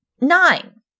nine